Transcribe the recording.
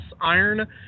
iron